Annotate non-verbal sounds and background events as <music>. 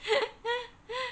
<laughs>